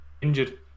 Injured